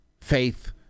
faith